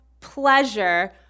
pleasure